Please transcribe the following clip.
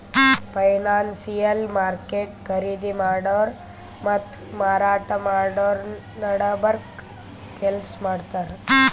financial market ಖರೀದಿ ಮಾಡೋರ್ ಮತ್ತ್ ಮಾರಾಟ್ ಮಾಡೋರ್ ನಡಬರ್ಕ್ ಕೆಲ್ಸ್ ಮಾಡ್ತದ್